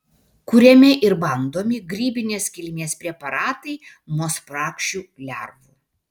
kuriami ir bandomi grybinės kilmės preparatai nuo spragšių lervų